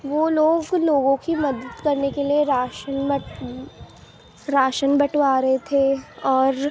وہ لوگ لوگوں کی مدد کرنے کے لیے راشن بٹوا رہے تھے اور